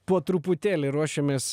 po truputėlį ruošiamės